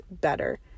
better